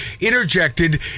interjected